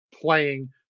playing